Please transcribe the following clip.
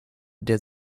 der